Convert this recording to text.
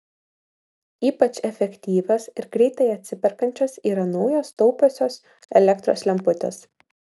ypač efektyvios ir greitai atsiperkančios yra naujos taupiosios elektros lemputės